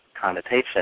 connotation